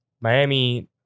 Miami